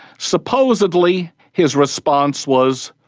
supposedly his response was,